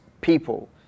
people